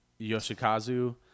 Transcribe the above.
Yoshikazu